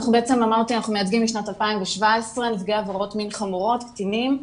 אנחנו מייצגים משנת 2017 נפגעי עבירות מין חמורות קטינים,